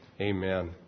Amen